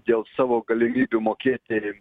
dėl savo galimybių mokėti